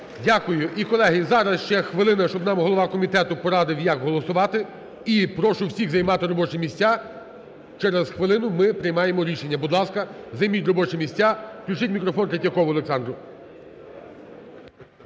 Дякую. І, колеги, зараз ще хвилина, щоб нам голова комітету порадив, як голосувати. І прошу всіх займати робочі місця, через хвилину ми приймаємо рішення. Будь ласка, займіть робочі місця. Включіть мікрофон Третьякову Олександру.